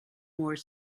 more